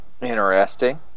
Interesting